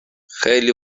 خیلی